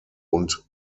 und